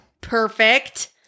Perfect